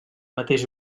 mateix